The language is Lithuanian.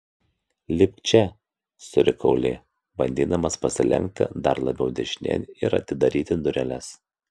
lipk čia surikau li bandydamas pasilenkti dar labiau dešinėn ir atidaryti dureles